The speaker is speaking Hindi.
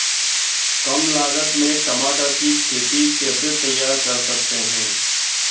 कम लागत में टमाटर की खेती कैसे तैयार कर सकते हैं?